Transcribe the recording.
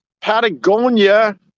patagonia